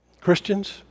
Christians